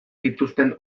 gintuzten